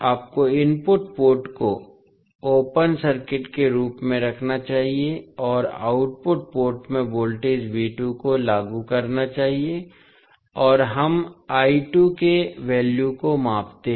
आपको input port को open circuit के रूप में रखना चाहिए और आउटपुट पोर्ट में वोल्टेज V2 को लागू करना चाहिए और हम I2 के वैल्यू को मापते हैं